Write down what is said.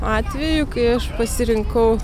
atvejų kai aš pasirinkau